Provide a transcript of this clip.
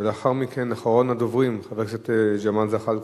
לאחר מכן, אחרון הדוברים, חבר הכנסת ג'מאל זחאלקה.